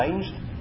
changed